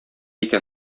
икән